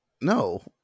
No